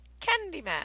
Candyman